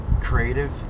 creative